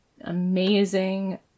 amazing